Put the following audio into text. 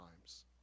times